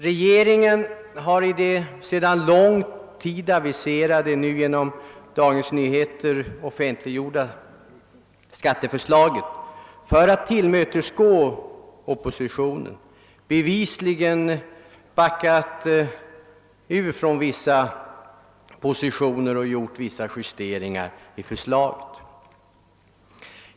Regeringen har i det sedan lång tid aviserade, nu genom Dagens Nyheter offentliggjorda skatteförslaget för att tillmötesgå oppositionen bevisligen backat ut från vissa positioner och gjort justeringar i förslaget.